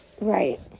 Right